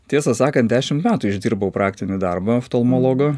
tiesą sakant dešimt metų išdirbau praktinį darbą oftalmologo